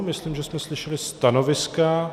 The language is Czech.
Myslím, že jsme slyšeli stanoviska.